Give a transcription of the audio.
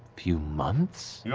few months? yeah